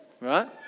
right